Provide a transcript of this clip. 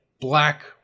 black